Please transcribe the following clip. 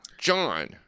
John